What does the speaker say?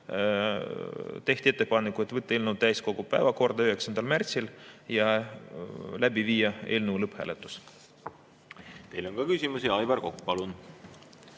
tehti ettepanekud võtta eelnõu täiskogu päevakorda 9. märtsil ja viia läbi eelnõu lõpphääletus. Teile on ka küsimusi. Aivar Kokk, palun!